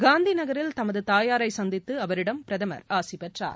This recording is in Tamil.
காந்திநகரில் தமது தாயரை சந்தித்து அவரிடம் பிரதமர் ஆசி பெற்றார்